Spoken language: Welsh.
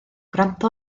gwrando